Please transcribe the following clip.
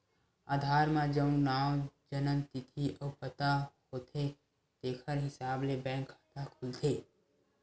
आधार म जउन नांव, जनम तिथि अउ पता होथे तेखर हिसाब ले बेंक खाता ह खुलथे